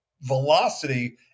velocity